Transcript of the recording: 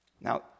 Now